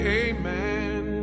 amen